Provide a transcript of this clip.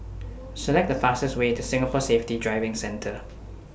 Select The fastest Way to Singapore Safety Driving Centre